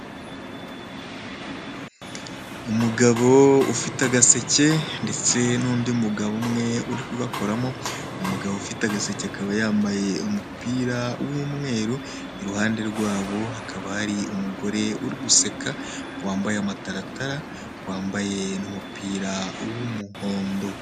Umugabo ufite agaseke, ndetse n'undi mugabo umwe uri kugakoramo, umugabo ufite agaseke akaba yambaye umupira w'umweru, i ruhande rwabo hakaba hari umugore uri guseka, wambaye amataratara, wambaye n'umupira w'umuhondo.